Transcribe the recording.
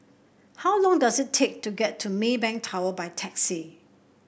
how long does it take to get to Maybank Tower by taxi